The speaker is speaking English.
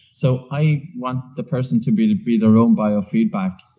so i want the person to be to be their own biofeedback.